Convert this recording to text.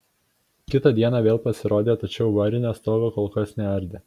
kitą dieną vėl pasirodė tačiau varinio stogo kol kas neardė